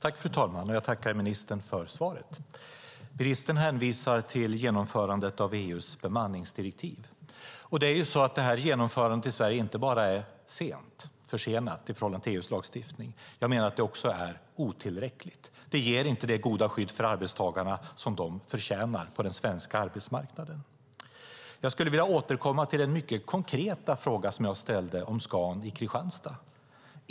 Fru talman! Jag tackar ministern för svaret. Ministern hänvisar till genomförandet av EU:s bemanningsdirektiv. Genomförandet i Sverige är inte bara försenat i förhållande till EU:s lagstiftning utan också otillräckligt. Det ger inte det goda skydd för arbetstagarna som de förtjänar på den svenska arbetsmarknaden. Låt mig återkomma till den mycket konkreta fråga som jag ställde om Scan i Kristianstad.